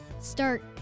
start